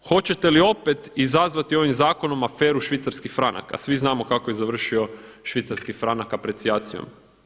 Hoćete li opet izazvati ovim zakonom aferu švicarski franak, a svi znamo kako je završio švicarski franak, aprecijacijom.